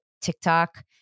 TikTok